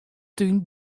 tún